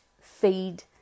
feed